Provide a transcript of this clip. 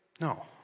No